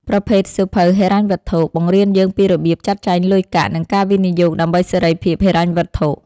ប្រភេទសៀវភៅហិរញ្ញវត្ថុ បង្រៀនយើងពីរបៀបចាត់ចែងលុយកាក់ និងការវិនិយោគដើម្បីសេរីភាពហិរញ្ញវត្ថុ។